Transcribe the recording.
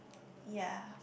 ya